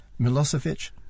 Milosevic